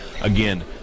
Again